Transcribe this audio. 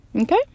okay